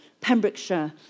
Pembrokeshire